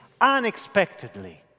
unexpectedly